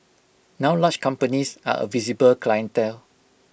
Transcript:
now large companies are A visible clientele